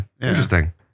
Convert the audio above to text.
Interesting